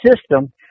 system